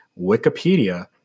Wikipedia